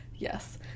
Yes